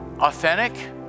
authentic